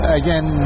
again